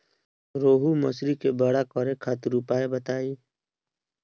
रोहु मछली के बड़ा करे खातिर उपाय बताईं?